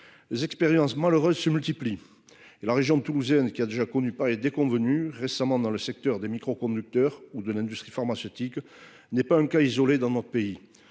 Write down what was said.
Les expériences malheureuses se multiplient. La région toulousaine, qui a déjà connu pareilles déconvenues récemment dans le secteur des microconducteurs ou de l'industrie pharmaceutique, n'est pas un cas isolé dans notre pays.